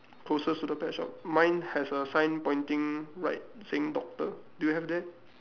closest to the pet shop mine has a sign pointing right saying doctor do you have that